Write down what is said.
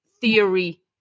theory